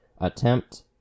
attempt